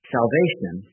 Salvation